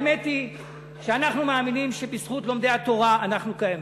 האמת היא שאנחנו מאמינים שבזכות לומדי התורה אנחנו קיימים.